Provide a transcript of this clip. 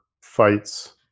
fights